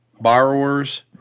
borrower's